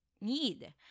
need